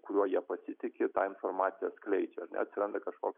kuriuo jie pasitiki tą informaciją skleidžia ar ne atsiranda kažkoks